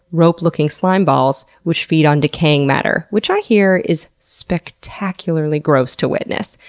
rope-looking slime balls, which feed on decaying matter which i hear is spectacularly gross to witness.